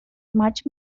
much